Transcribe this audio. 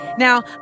Now